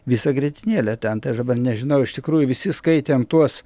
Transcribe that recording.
visą grietinėlę ten tai aš dabar nežinau iš tikrųjų visi skaitėm tuos